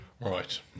Right